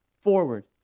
forward